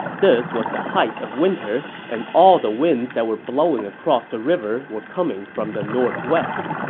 this was the height of winter, and all the winds that were blowing across the river were coming from the northwest.